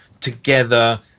together